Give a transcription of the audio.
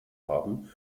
haben